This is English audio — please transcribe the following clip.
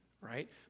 right